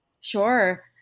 sure